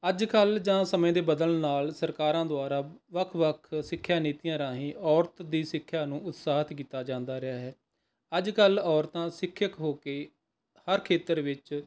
ਅੱਜ ਕੱਲ੍ਹ ਜਾਂ ਸਮੇਂ ਦੇ ਬਦਲਣ ਨਾਲ ਸਰਕਾਰਾਂ ਦੁਆਰਾ ਵੱਖ ਵੱਖ ਸਿੱਖਿਆ ਨੀਤੀਆਂ ਰਾਹੀਂ ਔਰਤ ਦੀ ਸਿੱਖਿਆ ਨੂੰ ਉਤਸ਼ਾਹਿਤ ਕੀਤਾ ਜਾਂਦਾ ਰਿਹਾ ਹੈ ਅੱਜ ਕੱਲ੍ਹ ਔਰਤਾਂ ਸਿੱਖਿਅਕ ਹੋ ਕੇ ਹਰ ਖੇਤਰ ਵਿੱਚ